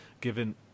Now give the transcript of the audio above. given